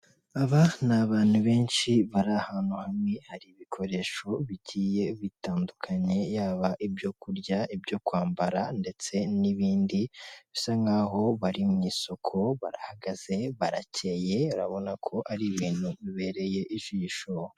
Aba ni abantu benshi bari ahantu hamwe hari ibikoresho bigiye bitandukanye yaba ibyo kurya, ibyo kwambara ndetse n'ibindi bisa nk'aho bari mu isoko barahagaze baracye babona ko ari ibintu bibereye ijisho.